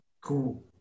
Cool